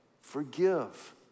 forgive